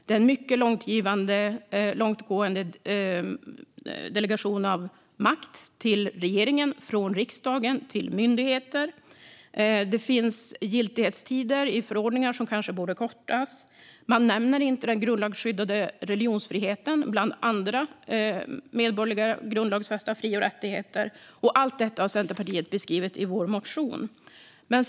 Det rör sig om en mycket långtgående delegation av makt från riksdagen till regeringen och till myndigheter. Det finns giltighetstider i förordningar som kanske borde kortas. Man nämner inte den grundlagsskyddade religionsfriheten, bland andra grundlagsfästa medborgerliga fri och rättigheter. Allt detta har Centerpartiet beskrivit i vår motion.